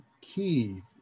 key